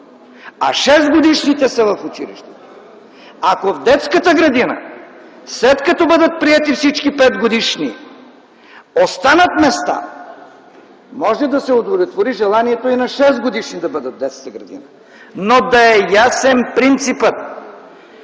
а 6-годишните да са в училище. Ако в детската градина след като бъдат приети всички 5-годишни, останат места, може да се удовлетвори и желанието на 6-годишните да бъдат в детската градина, но да е ясен принципът!